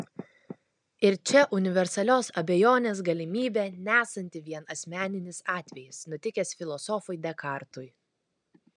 ir čia universalios abejonės galimybė nesanti vien asmeninis atvejis nutikęs filosofui dekartui